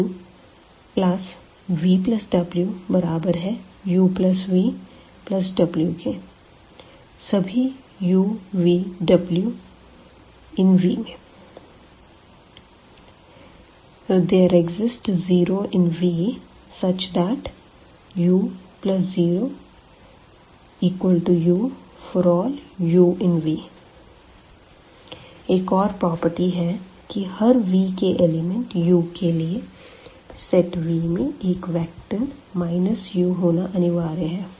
uvwuvw∀uvw∈V Associativity ∃0 in V st u0u∀u∈V एक और property है कि हर V के एलिमेंट u के लिए सेट V में एक वेक्टर u होना अनिवार्य है